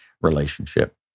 relationship